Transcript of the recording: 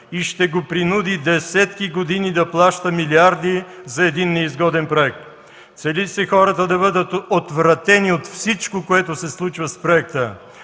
и ще го принуди десетки години да плаща милиарди за един неизгоден проект. Цели се хората да бъдат отвратени от всичко, което се случва с проекта,